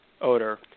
odor